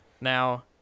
Now